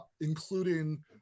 including